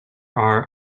are